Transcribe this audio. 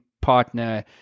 partner